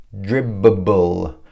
Dribble